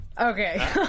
Okay